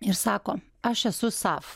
ir sako aš esu sav